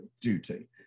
duty